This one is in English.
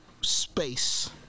space